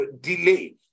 delay